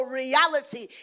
reality